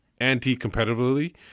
anti-competitively